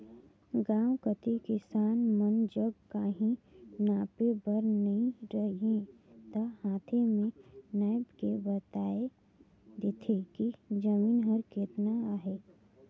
गाँव कती किसान मन जग काहीं नापे बर नी रहें ता हांथे में नाएप के बताए देथे कि जमीन हर केतना अहे